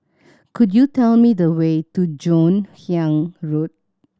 could you tell me the way to Joon Hiang Road